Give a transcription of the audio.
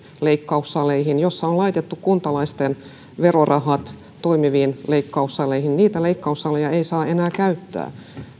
leikkaussaleihin joissa on laitettu kuntalaisten verorahat toimiviin leikkaussaleihin niitä leikkaussaleja ei saa enää käyttää